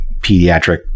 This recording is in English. pediatric